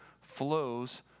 flows